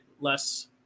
less